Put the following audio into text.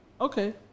Okay